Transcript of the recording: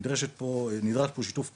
נדרש פה שיתוף פעולה,